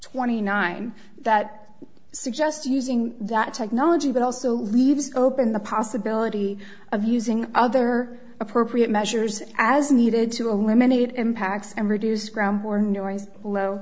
twenty nine that suggests using that technology but also leaves open the possibility of using other appropriate measures as needed to eliminate impacts and reduce